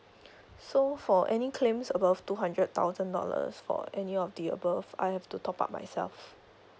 so for any claims above two hundred thousand dollars for any of the above I have to top up myself